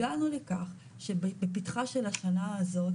הגענו לכך שבפתחה של השנה הזאת,